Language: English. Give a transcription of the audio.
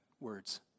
words